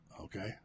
Okay